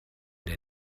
der